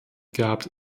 gehabt